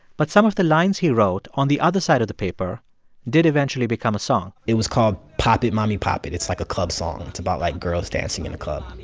but some of the lines he wrote on the other side of the paper did eventually become a song it was called pop it, mami, pop it. it's, like, a club song. it's about, like, girls dancing in a club